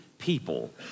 people